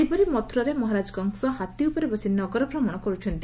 ସେହିପରି ମଥୁରାରେ ମହାରାଜ କଂସ ହାତୀ ଉପରେ ବସି ନଗର ଭ୍ରମଶ କର୍କଛନ୍ତି